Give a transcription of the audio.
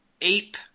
ape